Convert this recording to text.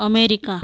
America